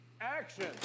action